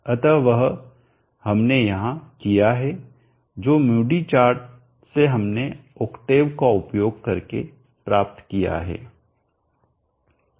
अतः वह हमने यहाँ किया है और जो मूडी चार्ट से हमने ओक्टेव का उपयोग करके प्राप्त किया है